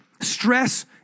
stress